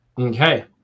okay